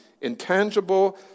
intangible